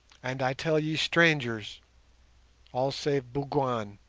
and i tell ye strangers all save bougwan,